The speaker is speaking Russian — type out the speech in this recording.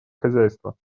хозяйства